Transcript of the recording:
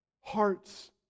Hearts